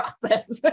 process